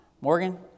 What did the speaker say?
Morgan